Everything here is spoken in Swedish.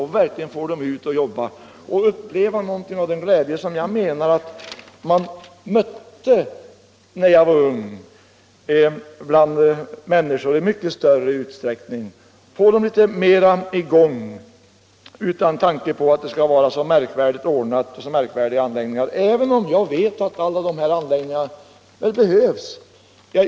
Skulle vi inte kunna få ut dem, kunna få dem att jobba och verkligen uppleva någonting av den glädje som jag menar att man mötte bland minniskor i mycket större utsträckning när jag var ung? Skulle vi inte kunna få dem att vara litet mera i gång, utan tanke på att det skall vara så märkvärdigt ordnat och så märkvärdiga anläggningar, även om jag vet att dessa anläggningar behövs?